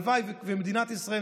והלוואי שמדינת ישראל,